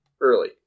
early